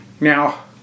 Now